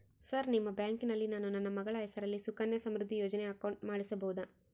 Sir ನಿಮ್ಮ ಬ್ಯಾಂಕಿನಲ್ಲಿ ನಾನು ನನ್ನ ಮಗಳ ಹೆಸರಲ್ಲಿ ಸುಕನ್ಯಾ ಸಮೃದ್ಧಿ ಯೋಜನೆ ಅಕೌಂಟ್ ಮಾಡಿಸಬಹುದಾ?